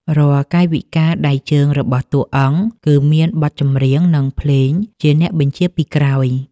រាល់កាយវិការដៃជើងរបស់តួអង្គ គឺមានបទចម្រៀង និងភ្លេងជាអ្នកបញ្ជាពីក្រោយ។